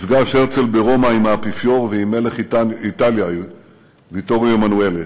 נפגש הרצל ברומא עם האפיפיור ועם מלך איטליה ויטוריו עימנואלה,